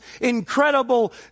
incredible